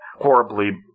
horribly